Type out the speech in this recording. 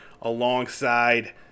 alongside